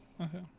Okay